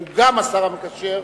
שהוא גם השר המקשר,